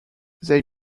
they